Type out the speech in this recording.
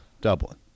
Dublin